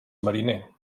mariner